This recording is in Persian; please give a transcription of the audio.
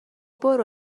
برو